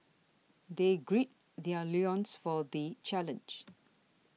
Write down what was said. they gird their loins for the challenge